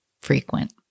frequent